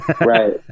Right